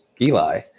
Eli